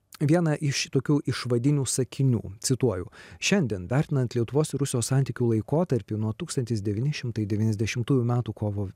vieną iš tokių išvadinių sakinių cituoju šiandien vertinant lietuvos ir rusijos santykių laikotarpį nuo tūkstantis devyni šimtai devyniasdešimtųjų metų kovo